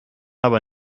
aber